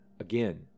again